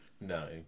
No